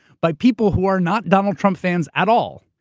by people who are not donald trump fans at all,